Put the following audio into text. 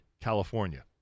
California